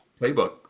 playbook